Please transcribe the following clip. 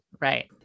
right